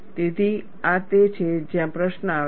તેથી આ તે છે જ્યાં પ્રશ્ન આવે છે